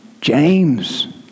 James